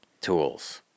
tools